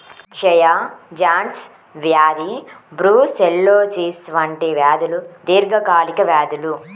క్షయ, జాన్స్ వ్యాధి బ్రూసెల్లోసిస్ వంటి వ్యాధులు దీర్ఘకాలిక వ్యాధులు